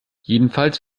jedenfalls